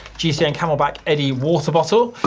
gcn camelback eddy water bottle.